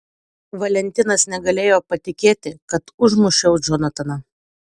valentinas negalėjo patikėti kad užmušiau džonataną